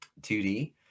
2D